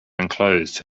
enclosed